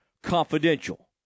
confidential